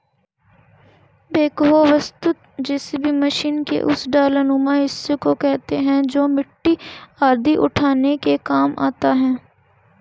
backhoe वस्तुतः JCB machine के उस डालानुमा हिस्सा को कहते हैं जो मिट्टी आदि उठाने के काम आता है